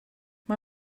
mae